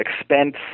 expense